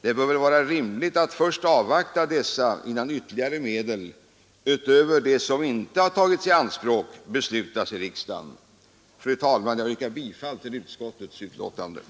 Det är väl rimligt att först avvakta dessa, innan ytterligare medel utöver dem som inte tagits i anspråk beslutas av riksdagen. Fru talman! Jag yrkar bifall till utskottets hemställan.